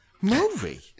movie